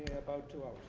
about two